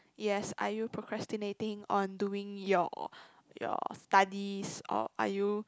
yes are you procrastinating on doing your your studies or are you